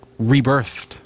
rebirthed